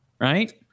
right